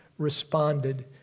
responded